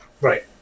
Right